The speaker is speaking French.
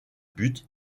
but